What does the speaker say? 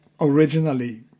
originally